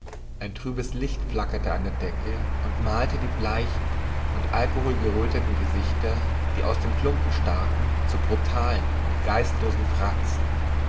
ein trübes licht flackerte an der decke und malte die bleichen und alkoholgeröteten gesichter die aus dem klumpen starrten zu brutalen und geistlosen fratzen